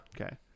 okay